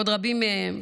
בעוד רבים מהם